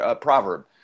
proverb